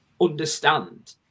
understand